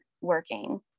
working